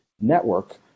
network